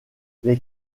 les